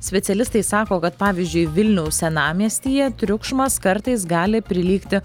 specialistai sako kad pavyzdžiui vilniaus senamiestyje triukšmas kartais gali prilygti